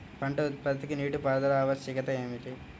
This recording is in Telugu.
పంట ఉత్పత్తికి నీటిపారుదల ఆవశ్యకత ఏమి?